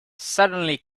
suddenly